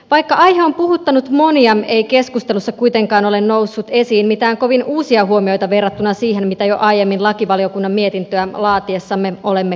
vaikka aihe on puhuttanut monia ei keskustelussa kuitenkaan ole noussut esiin mitään kovin uusia huomioita verrattuna siihen mitä jo aiemmin lakivaliokunnan mietintöä laatiessamme olemme kuulleet